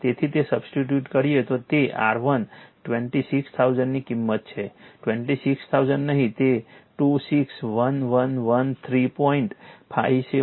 તેથી તે સબસ્ટીટ્યુટ કરીએ તો તે R1 26000 ની કિંમત છે 26000 નહીં તે 261113